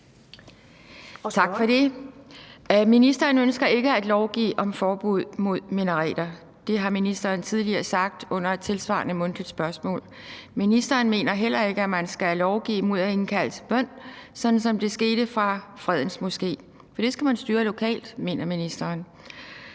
Tak for det. Ministeren ønsker ikke at lovgive om forbud mod minareter. Det har ministeren tidligere sagt under et tilsvarende mundtligt spørgsmål. Ministeren mener heller ikke, at man skal lovgive mod at indkalde til bøn, sådan som det skete fra Fredens Moské, for det skal de styre lokalt, mener ministeren.